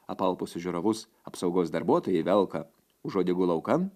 apalpusius žiūrovus apsaugos darbuotojai velka už uodegų laukan